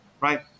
right